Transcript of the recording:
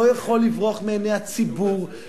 לא יכול לברוח מעיני הציבור,